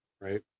right